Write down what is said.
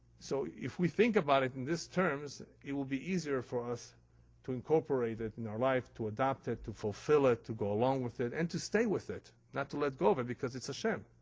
so, if we think about it in these terms, it will be easier for us to incorporate it in our life, to adopt it, to fulfill it, to go along with it, and to stay with it. not to let go of it, because it's so um